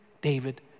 David